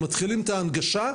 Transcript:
מתחילים את ההנגשה,